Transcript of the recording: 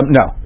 no